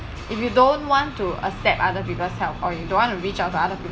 if you don't want to accept other people's help or you don't want to reach out to other people